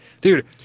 Dude